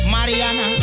Mariana